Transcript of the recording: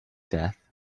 death